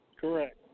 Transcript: Correct